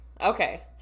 Okay